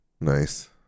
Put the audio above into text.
Nice